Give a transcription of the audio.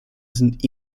sind